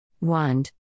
Wand